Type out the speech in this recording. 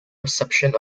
reception